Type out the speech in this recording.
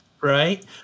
right